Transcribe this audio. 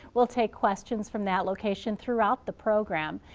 we'll take questions from that location throughout the program.